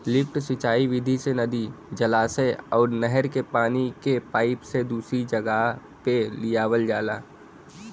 lift सिंचाई विधि से नदी, जलाशय अउर नहर के पानी के पाईप से दूसरी जगह पे लियावल जाला